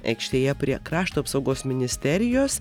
aikštėje prie krašto apsaugos ministerijos